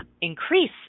increase